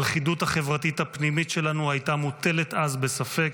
הלכידות החברתית הפנימית שלנו הייתה מוטלת אז בספק,